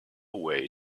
way